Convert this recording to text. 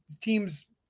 team's